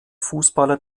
fußballer